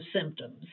symptoms